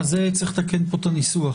צריך לתקן פה את הניסוח.